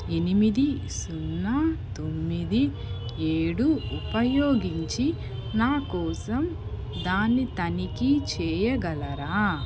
ఎనిమిది సున్నా తొమ్మిది ఏడు ఉపయోగించి నా కోసం దాన్ని తనిఖీ చెయ్యగలరా